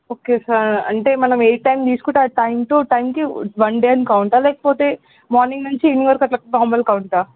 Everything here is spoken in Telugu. ఓకే సార్ అంటే మనం ఏ టైమ్ తీసుకుంటే ఆ టైమ్ టు టైంకి వన్ డే అని కౌంట్ లేకపోతే మార్నింగ్ నుంచి ఈవెనింగ్ వరకు అట్ల నార్మల్ కౌంట్